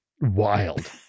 Wild